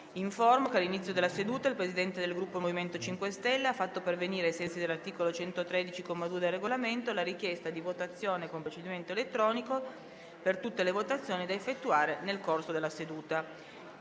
che all'inizio della seduta il Presidente del Gruppo MoVimento 5 Stelle ha fatto pervenire, ai sensi dell'articolo 113, comma 2, del Regolamento, la richiesta di votazione con procedimento elettronico per tutte le votazioni da effettuare nel corso della seduta.